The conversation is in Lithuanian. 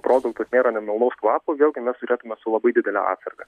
produktus nėra nemalonaus kvapo vėlgi mes žiūrėtume su labai didele atsarga